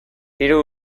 hiru